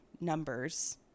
numbers